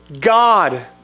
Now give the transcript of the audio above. God